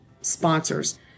sponsors